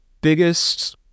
Biggest